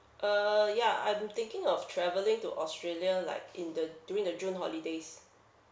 uh ya I'm thinking of travelling to australia like in the during the june holidays